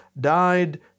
died